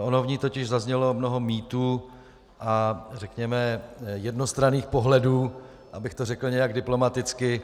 Ono v ní totiž zaznělo mnoho mýtů a řekněme jednostranných pohledů, abych to řekl nějak diplomaticky.